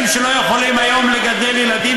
למה אתם